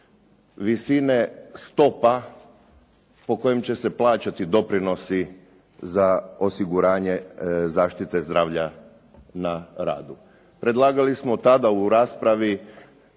visine stopa po kojima će se plaćati doprinosi za osiguranje zaštite zdravlja na radu. Predlagali smo tada u raspravi